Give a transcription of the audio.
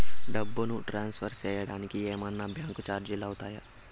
డబ్బును ట్రాన్స్ఫర్ సేయడానికి ఏమన్నా బ్యాంకు చార్జీలు అవుతాయా?